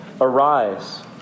Arise